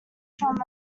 from